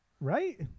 Right